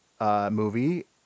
movie